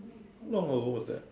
long over that